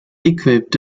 equipped